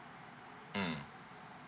mm